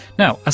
now, ah